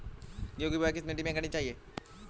गेहूँ की बुवाई किस मिट्टी में करनी चाहिए?